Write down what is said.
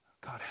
God